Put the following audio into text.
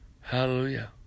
Hallelujah